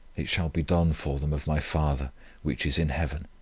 it shall be done for them of my father which is in heaven